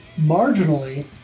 marginally